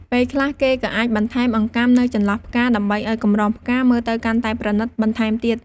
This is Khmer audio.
ពេលខ្លះ គេក៏អាចបន្ថែមអង្កាំនៅចន្លោះផ្កា ដើម្បីឲ្យកម្រងផ្កាមើលទៅកាន់តែប្រណិតបន្ថែមទៀត។